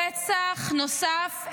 רצח נוסף.